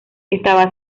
está